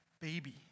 baby